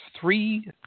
Three